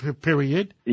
period